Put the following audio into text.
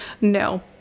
no